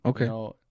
Okay